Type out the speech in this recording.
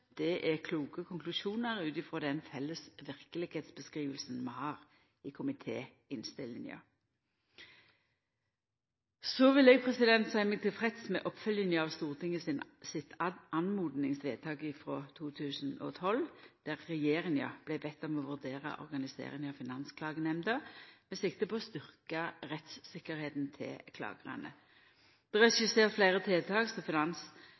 det er kloke konklusjonar ut frå den felles verkelegheitsbeskriving vi har i komitéinnstillinga. Så vil eg seia meg tilfreds med oppfylginga av Stortinget sitt oppmodingsvedtak frå 2012, der regjeringa vart bedt om å vurdera organiseringa av Finansklagenemnda med sikte å styrkja rettstryggleiken til klagarane.